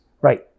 Right